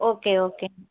okay okay